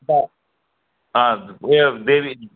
त ऊ यो बेबी